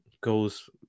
goes